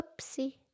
Oopsie